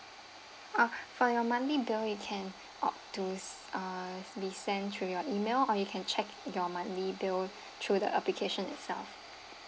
oh for your monthly bill you can opt to uh be sent to your email or you can check your monthly bill through the application itself